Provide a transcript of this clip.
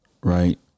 right